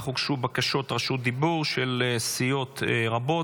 אך הוגשו בקשות רשות דיבור של סיעות רבות.